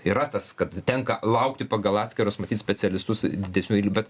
yra tas kad tenka laukti pagal atskirus matyt specialistus didesnių bet